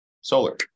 solar